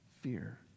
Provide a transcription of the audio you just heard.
fear